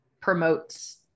Promotes